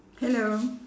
hello